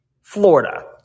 Florida